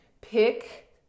pick